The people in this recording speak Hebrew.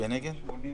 איזה